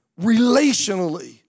relationally